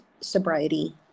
sobriety